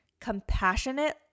compassionate